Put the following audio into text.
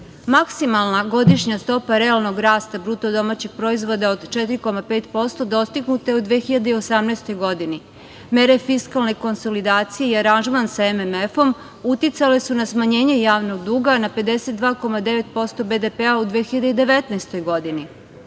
godina. Maksimalna godišnja stopa realnog rasta BDP-a od 4,5% dostignut u 2018. godini. Mere fiskalne konsolidacije i aranžman sa MMF uticale su na smanjenje javnog duga na 52,9% BDP-a u 2019. godini,